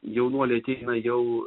jaunuoliai ateina jau